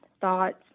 thoughts